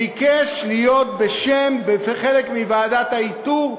ביקש להיות בשם חלק מוועדת האיתור,